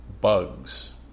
bugs